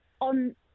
on